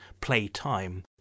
playtime